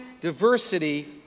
diversity